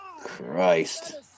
Christ